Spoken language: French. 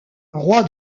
roi